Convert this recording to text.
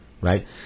right